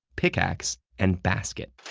pickaxe, and basket.